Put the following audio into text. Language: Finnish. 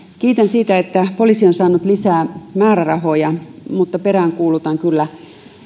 kiitän siitä että poliisi on saanut lisää määrärahoja mutta peräänkuulutan kyllä